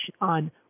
on